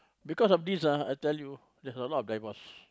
because of this ah I think there's a lot of backlash